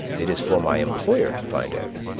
it is for my employer to find out.